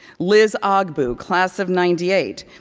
liz ogbu, class of ninety eight,